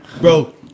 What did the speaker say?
Bro